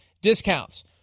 discounts